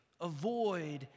avoid